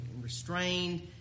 restrained